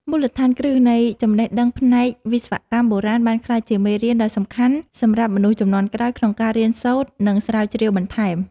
មូលដ្ឋានគ្រឹះនៃចំណេះដឹងផ្នែកវិស្វកម្មបុរាណបានក្លាយជាមេរៀនដ៏សំខាន់សម្រាប់មនុស្សជំនាន់ក្រោយក្នុងការរៀនសូត្រ និងស្រាវជ្រាវបន្ថែម។